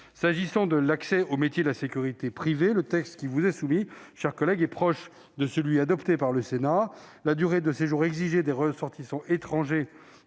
S'agissant de l'accès aux métiers de la sécurité privée, le texte qui vous est soumis est proche de celui qui avait été adopté par le Sénat. La durée de séjour exigée des ressortissants étrangers